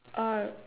oh